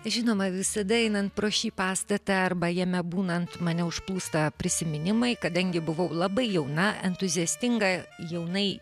žinoma visada einant pro šį pastatą arba jame būnant mane užplūsta prisiminimai kadangi buvau labai jauna entuziastinga jaunai